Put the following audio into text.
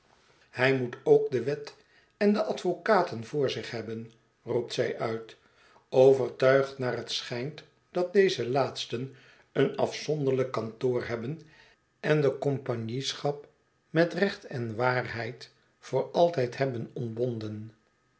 hij moet ook de wet en de advocaten voor zich hebben roept zij uit overtuigd naar het schijnt dat deze laatsten een afzonderlijk kantoor hebben en de compagnieschap met recht en waarheid voor altijd hebben